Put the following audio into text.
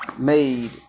made